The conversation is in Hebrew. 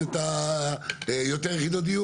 איך אותו דבר?